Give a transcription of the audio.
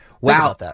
Wow